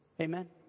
Amen